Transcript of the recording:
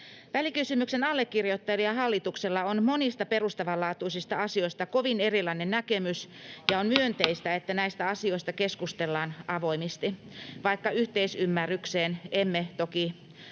Välikysymyksen allekirjoittajilla ja hallituksella on monista perustavanlaatuisista asioista kovin erilainen näkemys, ja on myönteistä, että näistä asioista keskustellaan avoimesti, vaikka yhteisymmärrykseen emme toki